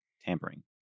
Tampering